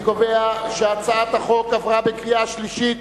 אני קובע שהצעת החוק עברה בקריאה שלישית